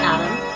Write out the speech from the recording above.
Adam